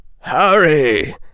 Hurry